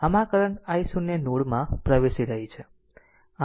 આમ આ current i0 નોડમાં પણ પ્રવેશી રહી છે